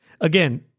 again